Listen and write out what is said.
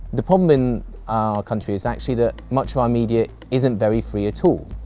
the problem in our country is actually that much of our media isn't very free at all.